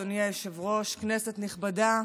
אדוני היושב-ראש, כנסת נכבדה,